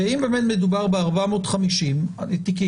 כי אם באמת מדובר ב-450 תיקים,